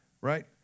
right